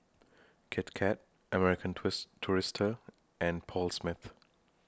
Kit Kat American tourist Tourister and Paul Smith